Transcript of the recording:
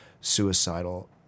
suicidal